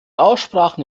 aussprachen